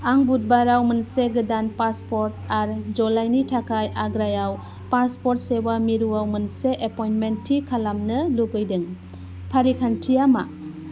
आं बुधबाराव मोनसे गोदान पासपर्ट आरजलायनि थाखाय आग्रायाव पासपर्ट सेवा मिरुआव मोनसे एपइन्टमेन्ट थि खालामनो लुबैदों फारिखान्थिया मा